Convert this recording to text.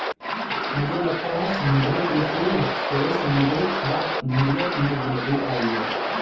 मुझे लगता है समुद्री कृषि से समुद्री खाद्य निर्यात में वृद्धि आयी है